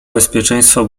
bezpieczeństwa